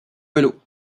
vélos